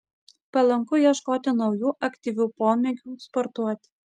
palanku ieškoti naujų aktyvių pomėgių sportuoti